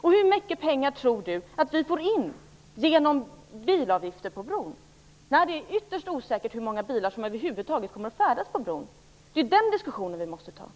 Och hur mycket pengar tror Per Westerberg att vi får in genom bilavgifter på bron? Det är ju ytterst osäkert hur många bilar som över huvud taget kommer att färdas över bron. Den diskussionen måste vi ta.